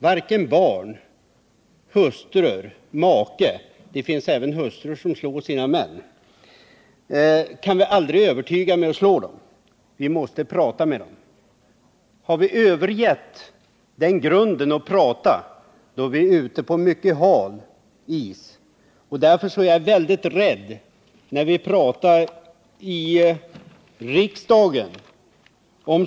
Varken barn, hustrur eller äkta män — det finns också hustrur som slår sina män — kan någonsin övertygas genom att vi slår dem. Vi måste prata med dem. Har vi övergivit grunden — att prata — är vi ute på mycket hal is.